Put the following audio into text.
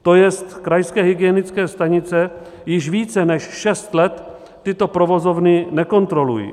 To jest krajské hygienické stanice již více než šest let tyto provozovny nekontrolují.